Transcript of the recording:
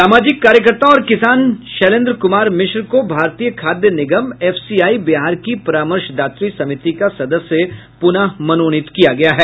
सामाजिक कार्यकर्ता और किसान शैलेन्द्र कुमार मिश्र को भारतीय खाद्य निगम एफसीआई बिहार की परामर्शदात्री समिति का सदस्य पुनः मनोनीत किया गया है